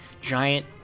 giant